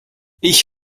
ich